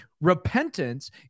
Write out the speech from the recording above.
Repentance